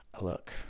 Look